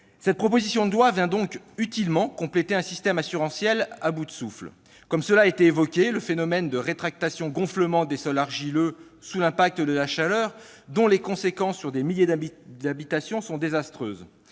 Cette proposition de loi vient donc utilement compléter un système assurantiel à bout de souffle, comme le démontre le phénomène, déjà évoqué, de rétractation-gonflement des sols argileux sous l'impact de la chaleur, dont les conséquences sur des milliers d'habitations sont désastreuses.